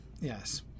yes